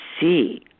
see